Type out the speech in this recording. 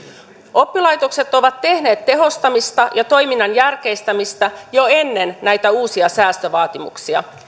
oppilaitokset ovat tehneet tehostamista ja toiminnan järkeistämistä jo ennen näitä uusia säästövaatimuksia